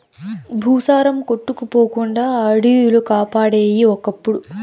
భూసారం కొట్టుకుపోకుండా అడివిలు కాపాడేయి ఒకప్పుడు